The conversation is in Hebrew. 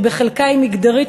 שבחלקה היא מגדרית,